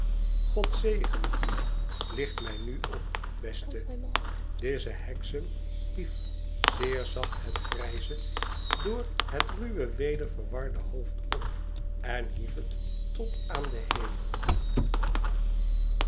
god zegene u licht mij nu op beste lize hexam hief zeer zacht het grijze door het ruwe weder verwarde hoofd op en hief het tot aan den hemel